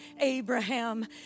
Abraham